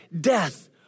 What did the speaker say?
death